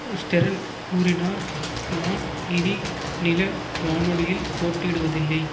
ஸ்டெரன் கூறினார் நான் இனி நில வானொலியில் போட்டியிடுவதில்லை